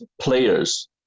players